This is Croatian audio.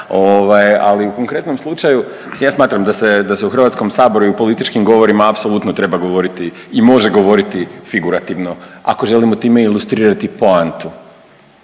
ali u konkretnom slučaju ja smatram da se, da se u Hrvatskom saboru i u političkim govorima apsolutno treba govoriti i može govoriti figurativno ako želimo time ilustrirati poantu,